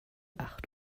acht